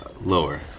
lower